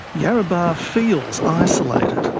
yarrabah feels isolated,